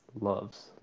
loves